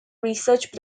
research